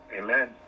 Amen